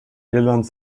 irland